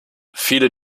viele